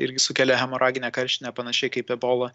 irgi sukelia hemoraginę karštinę panašiai kaip ebola